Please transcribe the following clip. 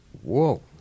whoa